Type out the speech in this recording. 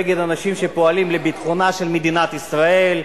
נגד אנשים שפועלים לביטחונה של מדינת ישראל.